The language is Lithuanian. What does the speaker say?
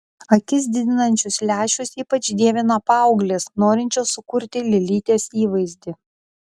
akis didinančius lęšius ypač dievina paauglės norinčios sukurti lėlytės įvaizdį